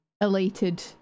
elated